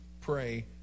pray